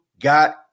got